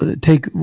take